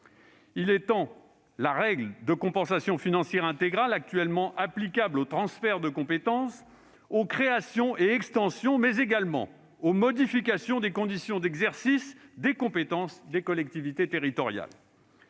Il étend la règle de compensation financière intégrale actuellement applicable aux transferts de compétences, aux créations et extensions, mais également aux modifications des conditions d'exercice des compétences des collectivités territoriales.